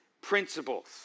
principles